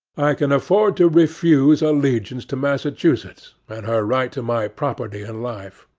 i can afford to refuse allegiance to massachusetts, and her right to my property and life.